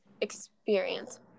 experience